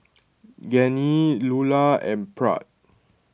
Genie Lula and Pratt